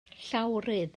llawrydd